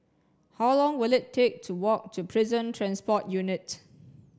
how long will it take to walk to Prison Transport Unit